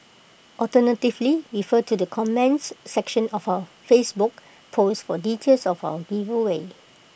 alternatively refer to the comments section of our Facebook post for details of our giveaway